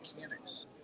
mechanics